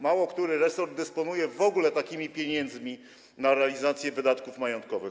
Mało który resort dysponuje w ogóle takimi pieniędzmi na realizację wydatków majątkowych.